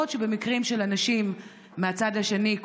בעוד מקרים של אנשים המצד השני,